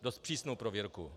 Dost přísnou prověrku.